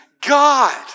God